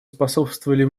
способствовали